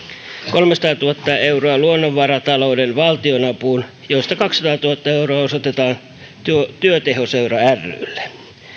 kolmesataatuhatta euroa luonnonvaratalouden valtionapuun joista kaksisataatuhatta euroa osoitetaan työtehoseura rylle